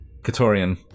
Katorian